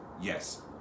yes